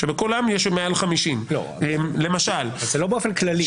שבכולן יש מעל 50. זה לא באופן כללי.